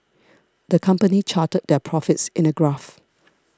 the company charted their profits in a graph